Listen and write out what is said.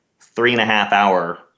three-and-a-half-hour